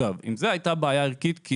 אם זו הייתה בעיה ערכית,